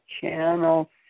Channel